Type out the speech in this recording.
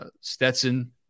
Stetson